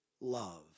love